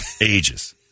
ages